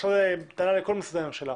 אני מדבר לכל משרדי הממשלה.